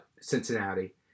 Cincinnati